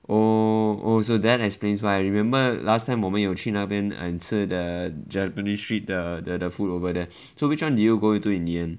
oh oh so that explains why I remember last time 我们有去那边 and 吃 the the japanese street the the food over there so which [one] did you go to in the end